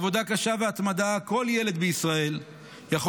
עבודה קשה והתמדה כל ילד בישראל יכול